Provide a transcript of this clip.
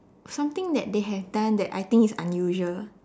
something that they have done that I think is unusual